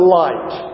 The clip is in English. light